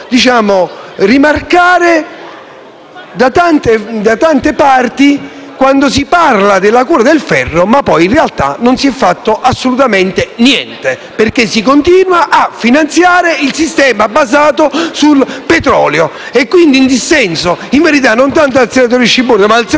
da tante parti, quando si parla della cura del ferro, ma poi in realtà non si è fatto assolutamente niente, visto che si continua a finanziare il sistema basato sul petrolio. Pertanto, in dissenso, in verità non tanto dal senatore Scibona quanto dal senatore Stefano Esposito, non parteciperò al voto.